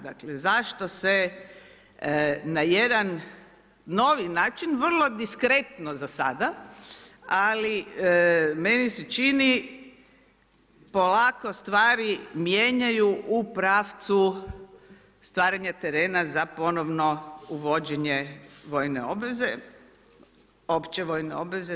Dakle, zašto se na jedan novi način, vrlo diskretno za sada ali meni se čini, polako stvari mijenjaju u pravcu stvaranju terena za ponovno uvođenje opće vojne obveze.